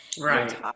right